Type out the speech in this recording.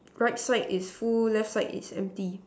right side is full left side is empty